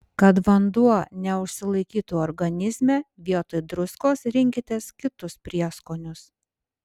kad vanduo neužsilaikytų organizme vietoj druskos rinkitės kitus prieskonius